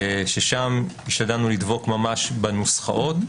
ששם השתדלנו לדבוק בנוסחאות.